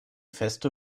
feste